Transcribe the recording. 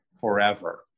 forever